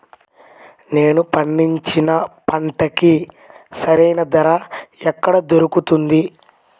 నేను పండించిన పంటకి సరైన ధర ఎక్కడ దొరుకుతుంది?